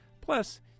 Plus